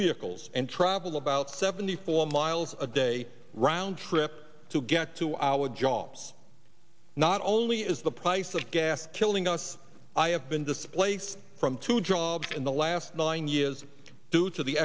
vehicles and travel about seventy four miles a day round trip to get to our jobs not only is the price of gas killing us i have been displaced from to drop in the last nine years due to the